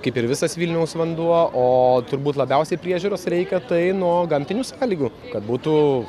kaip ir visas vilniaus vanduo o turbūt labiausiai priežiūros reikia tai nuo gamtinių sąlygų kad būtų